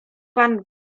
pan